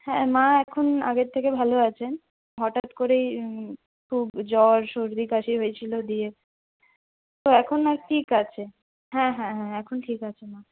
হ্যাঁ মা এখন আগের থেকে ভালো আছেন হঠাৎ করেই খুব জ্বর সর্দি কাশি হয়েছিল দিয়ে তো এখন মা ঠিক আছে হ্যাঁ হ্যাঁ হ্যাঁ এখন ঠিক আছে মা